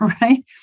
right